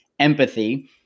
Empathy